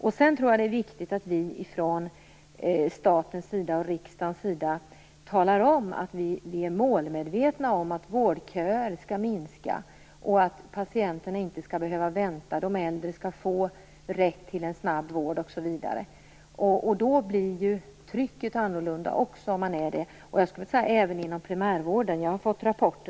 Jag tror att det är viktigt att vi från statens sida och från riksdagens sida talar om att vi är medvetna om att vårdköerna skall minska och att patienterna inte skall behöva vänta. De äldre skall ha rätt till en snabb vård, osv. Då blir ju trycket annorlunda. Det gäller även primärvården.